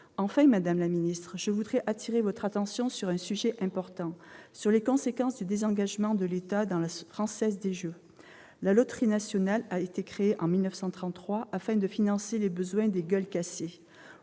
Enfin, madame la secrétaire d'État, je souhaite attirer votre attention sur un sujet important, celui des conséquences du désengagement de l'État de la Française des jeux. La loterie nationale a été créée en 1933 afin de financer les besoins des « gueules cassées